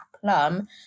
Plum